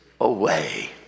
away